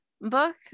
book